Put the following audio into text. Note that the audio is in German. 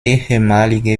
ehemalige